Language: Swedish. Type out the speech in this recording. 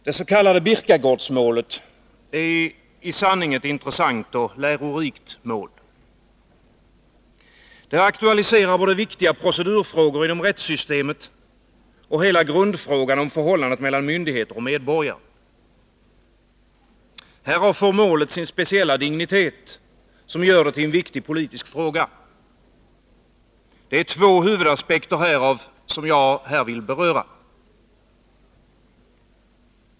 Herr talman! Det s.k. Birkagårdsmålet är i sanning ett intressant och lärorikt mål. Det aktualiserar både viktiga procedurfrågor inom rättssystemet och hela grundfrågan om förhållandet mellan myndigheter och medborgare. Härav får målet sin speciella dignitet, som gör det till en viktig politisk fråga. Det är två huvudaspekter härav jag här vill beröra.